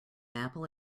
apple